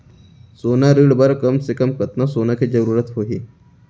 सोना ऋण बर कम से कम कतना सोना के जरूरत होही??